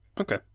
Okay